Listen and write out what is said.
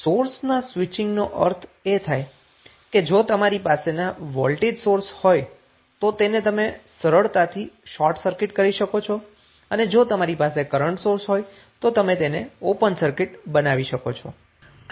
સોર્સનો સ્વિચીંગનો અર્થ એ થાય છે કે જો તમારી પાસે વોલ્ટેજ સોર્સ હોય તો તેને તમે સરળતાથી શોટ સર્કિટ કરી શકો છો અને જો તમારી પાસે કરન્ટ સોર્સ હોય તો તમે તેને ઓપન સર્કિટ બનાવી શકો છો